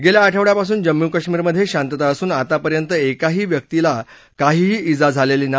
गेल्या आठवडयापासून जम्मू कश्मीरमधे शांतता असून आतापर्यंत एकाही व्यक्तीला काहीही ज्ञा झालेली नाही